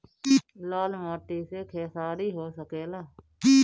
लाल माटी मे खेसारी हो सकेला?